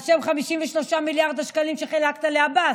על שם 53 מיליארד השקלים שחילקת לעבאס,